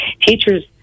Teachers